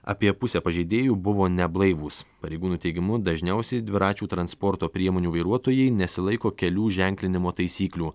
apie pusė pažeidėjų buvo neblaivūs pareigūnų teigimu dažniausiai dviračių transporto priemonių vairuotojai nesilaiko kelių ženklinimo taisyklių